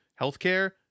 healthcare